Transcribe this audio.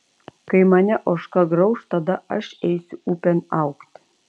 kai mane ožka grauš tada aš eisiu upėn augti